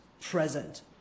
present